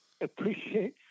appreciate